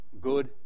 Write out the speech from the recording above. Good